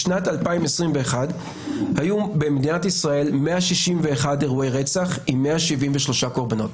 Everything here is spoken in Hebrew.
בשנת 2021 היו במדינת ישראל 161 אירועי רצח עם 173 קורבנות.